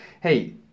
hey